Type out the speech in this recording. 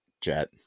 jet